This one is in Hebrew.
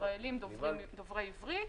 ישראלים דוברי עברית,